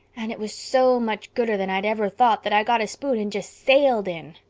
and it was so much gooder than i'd ever thought that i got a spoon and just sailed in.